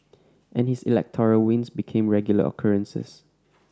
and his electoral wins became regular occurrences